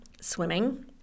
swimming